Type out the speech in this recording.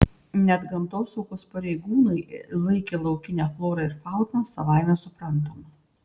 net gamtosaugos pareigūnai laikė laukinę florą ir fauną savaime suprantama